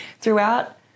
throughout